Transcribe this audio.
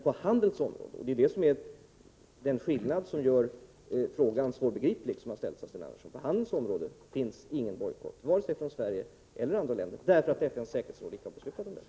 På handelns område — det är den skillnaden som gör Sten Anderssons fråga svårbegriplig — förekommer ingen bojkott vare sig från Sverige eller från andra länder, eftersom FN:s säkerhetsråd inte har beslutat om någon sådan.